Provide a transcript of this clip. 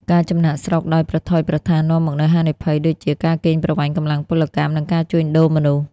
ការចំណាកស្រុកដោយប្រថុយប្រថាននាំមកនូវហានិភ័យដូចជា ការកេងប្រវ័ញ្ចកម្លាំងពលកម្ម និងការជួញដូរមនុស្ស។